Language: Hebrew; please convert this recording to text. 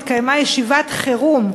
התקיימה ישיבת חירום,